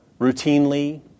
routinely